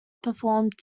performed